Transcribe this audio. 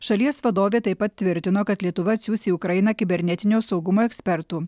šalies vadovė taip pat tvirtino kad lietuva atsiųs į ukrainą kibernetinio saugumo ekspertų